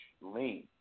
lean